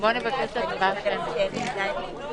ולאחר מכן לשאלה של קארין, ואז